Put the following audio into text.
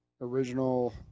original